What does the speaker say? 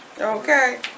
Okay